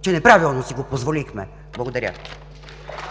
че неправилно си го позволихме! Благодаря.